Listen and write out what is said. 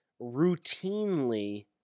routinely